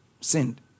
sinned